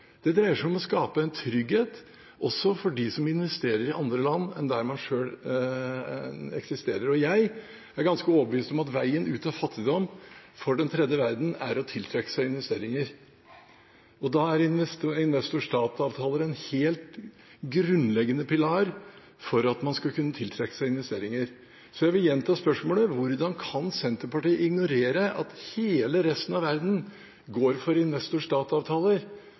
investor–stat-avtaler dreier seg om. Det dreier seg om å skape en trygghet også for dem som investerer i andre land enn der man selv eksisterer. Jeg er ganske overbevist om at veien ut av fattigdom for den tredje verden er å tiltrekke seg investeringer. Da er investor–stat-avtaler en helt grunnleggende pilar for at man skal kunne tiltrekke seg investeringer. Så jeg vil gjenta spørsmålet: Hvordan kan Senterpartiet ignorere at hele resten av verden går for